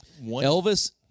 Elvis